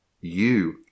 You